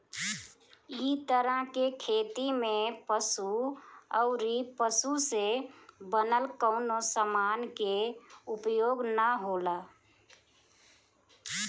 इ तरह के खेती में पशु अउरी पशु से बनल कवनो समान के उपयोग ना होला